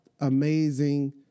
amazing